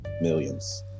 Millions